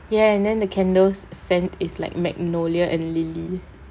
ya and then the candles scent is like magnolia and lily